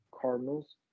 Cardinals